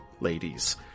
ladies